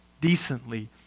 decently